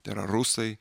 tai yra rusai